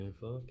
fuck